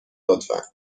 لطفا